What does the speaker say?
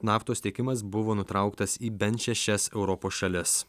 naftos tiekimas buvo nutrauktas į bent šešias europos šalis